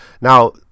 Now